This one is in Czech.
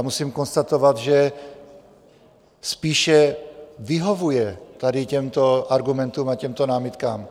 Musím konstatovat, že spíše vyhovuje tady těmto argumentům a těmto námitkám.